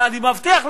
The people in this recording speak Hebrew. אבל מה שבטוח,